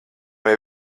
vai